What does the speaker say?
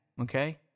Okay